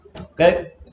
Okay